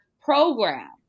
program